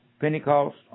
Pentecost